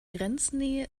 grenznähe